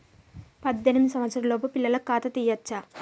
పద్దెనిమిది సంవత్సరాలలోపు పిల్లలకు ఖాతా తీయచ్చా?